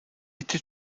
été